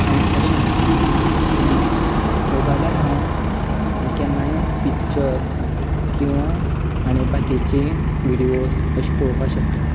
आनी तशेंच मोबायलार हांव केन्नाय पिक्चर किंवा आनी बाकीची विडियोस अशें पळोवपाक शकता